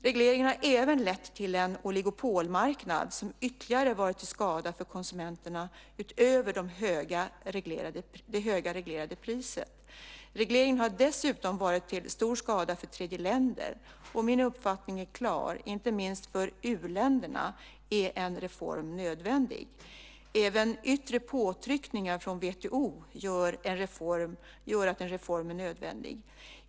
Regleringen har även lett till en oligopolmarknad, som ytterligare varit till skada för konsumenterna utöver det höga reglerade priset. Regleringen har dessutom varit till stor skada för tredjeländer, och min uppfattning är klar; inte minst för u-länderna är en reform nödvändig. Även yttre påtryckningar från WTO gör att en reform är nödvändig.